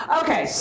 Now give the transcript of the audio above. okay